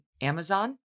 Amazon